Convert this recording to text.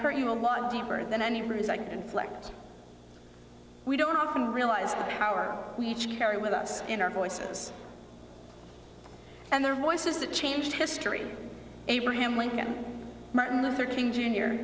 hurt you a lot deeper than any reason i can flick we don't often realize how are we carry with us in our voices and their voices that change history abraham lincoln martin luther king j